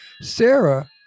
Sarah